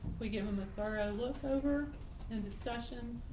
we give them a thorough look over and discussion.